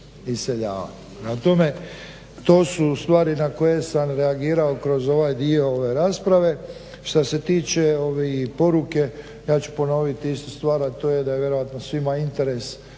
tome, to su stvari na koje sam reagirao kroz ovaj dio ove rasprave. Šta se tiče poruke ja ću ponoviti istu stvar, a to je da je vjerojatno svima interes